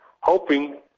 hoping